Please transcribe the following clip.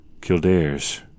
Kildare's